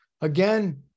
again